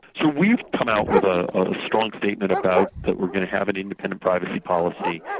so we've come out with a strong statement about that we're going to have an independent privacy policy.